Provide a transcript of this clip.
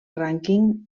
rànquing